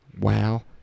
Wow